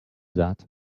that